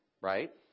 right